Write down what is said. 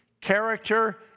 character